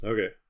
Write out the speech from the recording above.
Okay